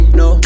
no